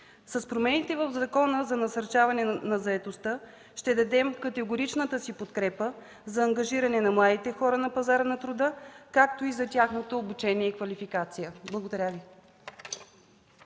С промените в Закона за насърчаване на заетостта ще дадем категоричната си подкрепа за ангажиране на младите хора на пазара на труда, както и за тяхното обучение и квалификация. Благодаря Ви.